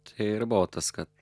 tai ir buvo tas kad